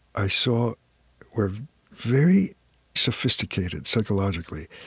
i saw were very sophisticated psychologically.